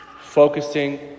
Focusing